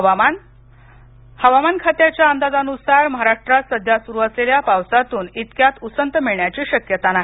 हवामान हवामान खात्याच्या अंदाजानुसार महाराष्ट्रात सध्या सुरू असलेल्या पावसातून इतक्यात उसंत मिळण्याची शक्यता नाही